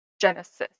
Genesis